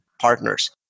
partners